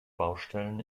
baustellen